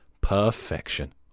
perfection